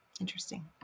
interesting